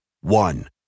One